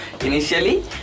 initially